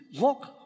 look